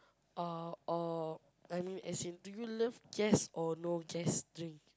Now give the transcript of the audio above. or or I mean as in do you love gas or no gas drink